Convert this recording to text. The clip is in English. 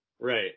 Right